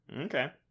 Okay